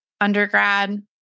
undergrad